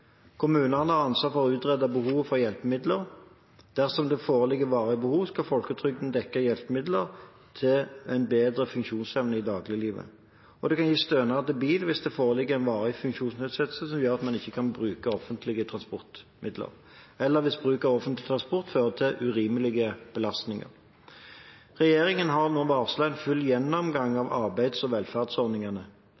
Kommunene har ansvar for å utrede behovet for hjelpemidler. Dersom det foreligger varige behov, skal Folketrygden dekke hjelpemidler til et bedre funksjonsevne i dagliglivet. Det kan gis stønad til bil hvis det foreligger en varig funksjonsnedsettelse som gjør at man ikke kan bruke offentlige transportmidler, eller hvis bruk av offentlig transport fører til urimelige belastninger. Regjeringen har nå varslet en full gjennomgang